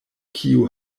kiu